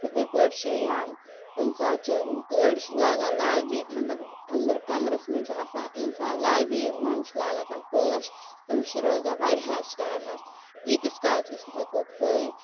تِتھٕے پٲٹھۍ چھِ یا کُنہِ ساتہٕ چھِ أڑٕ چھِ لاگان لابی مطلب أنٛدرٕ کمرس منٛز چھِ آسان اِنسان لابی منٛز چھِ لاگان تِم پوش تِم چھِ روزان واریاہس ٹایمس یٖتِس کالس أسۍ ہیکو تھٲوِتھ